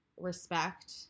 respect